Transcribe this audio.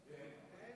כן.